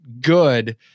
good